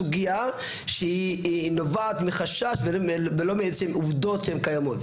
סוגיה שהיא נובעת מחשש ולא מאיזה שהן עובדות שהן קיימות.